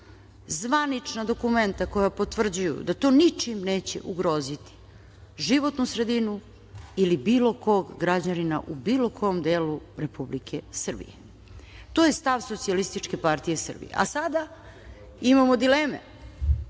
zvanična dokumenta koja potvrđuju da to ničim neće ugroziti životnu sredinu ili bilo kog građanina u bilo kom delu Republike Srbije. To je stav SPS.Sada imamo dileme.